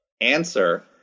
answer